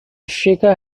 shaker